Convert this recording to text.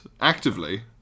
actively